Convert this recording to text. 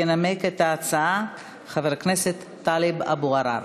ינמק את ההצעה חבר הכנסת טלב אבו עראר.